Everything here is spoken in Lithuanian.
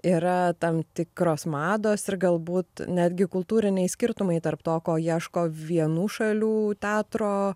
yra tam tikros mados ir galbūt netgi kultūriniai skirtumai tarp to ko ieško vienų šalių teatro